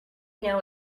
know